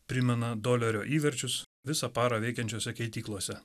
primena dolerio įverčius visą parą veikiančiose keityklose